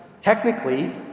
technically